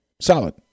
Solid